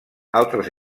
altres